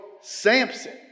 Samson